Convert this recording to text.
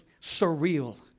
surreal